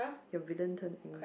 angry